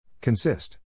consist